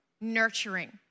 nurturing